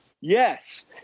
Yes